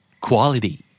Quality